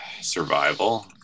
Survival